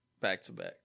back-to-back